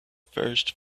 first